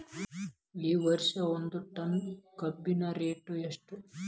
ಈ ವರ್ಷ ಒಂದ್ ಟನ್ ಕಬ್ಬಿನ ರೇಟ್ ಎಷ್ಟು?